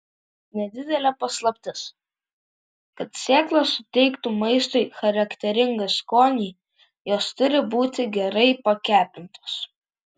nedidelė paslaptis kad sėklos suteiktų maistui charakteringą skonį jos turi būti gerai pakepintos